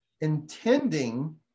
intending